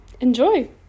enjoy